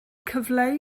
cyfleu